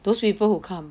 those people who come